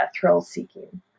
thrill-seeking